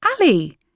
Ali